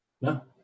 no